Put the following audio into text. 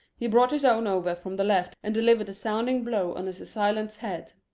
he brought his own over from the left and delivered a sounding blow on his assailant's head.